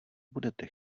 budete